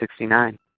1969